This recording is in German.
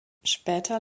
später